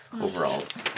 overalls